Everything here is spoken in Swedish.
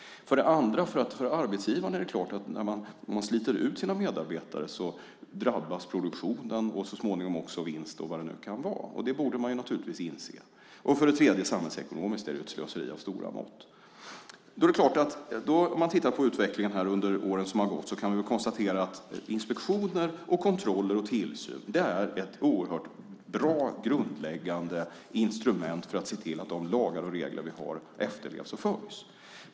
För det andra gäller det arbetsgivaren. Om man sliter ut sina medarbetare drabbas produktionen och så småningom också vinst och vad det nu kan vara. Det borde man naturligtvis inse. För det tredje är det ett samhällsekonomiskt slöseri av stora mått. Om vi tittar på utvecklingen under åren som har gått kan vi konstatera att inspektioner, kontroller och tillsyn är ett oerhört bra och grundläggande instrument för att se till att de lagar och regler vi har efterlevs och följs.